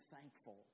thankful